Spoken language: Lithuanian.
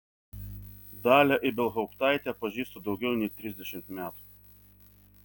dalią ibelhauptaitę pažįstu daugiau nei trisdešimt metų